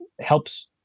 helps